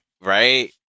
right